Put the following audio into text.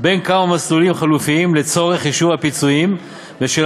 בין כמה מסלולים חלופיים לצורך חישוב הפיצויים בשל